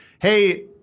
hey –